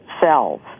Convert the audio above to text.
cells